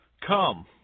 Come